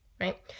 right